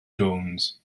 jones